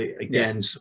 again